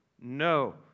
No